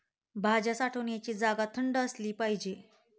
भाज्या साठवण्याची जागा थंड असली पाहिजे